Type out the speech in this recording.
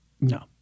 no